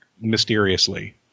mysteriously